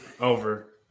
Over